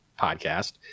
podcast